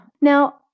now